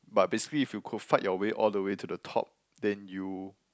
but basically if you could fight your way all the way to the top then you